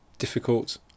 difficult